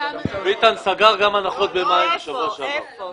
סגר גם הנחות במים בשבוע שעבר.